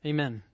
Amen